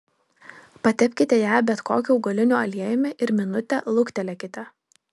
patepkite ją bet kokiu augaliniu aliejumi ir minutę luktelėkite